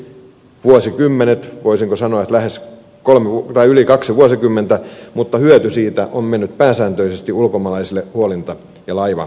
näin tehtiin vuosikymmenet voisinko sanoa yli kaksi vuosikymmentä mutta hyöty siitä on mennyt pääsääntöisesti ulkomaalaisille huolinta ja laivayhtiöille